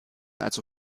also